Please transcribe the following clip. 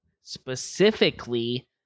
specifically